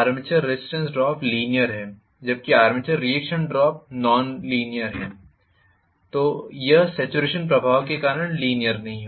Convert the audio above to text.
armature resistance drop linear है जबकि armature reaction drop nonlinear है यह सेचुरेशन प्रभाव के कारण लीनीयर नहीं होगा